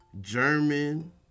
German